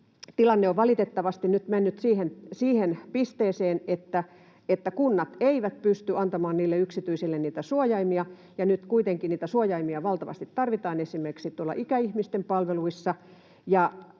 tilanne on valitettavasti nyt mennyt siihen pisteeseen, että kunnat eivät pysty antamaan yksityisille suojaimia, ja nyt kuitenkin niitä suojaimia valtavasti tarvitaan esimerkiksi ikäihmisten palveluissa.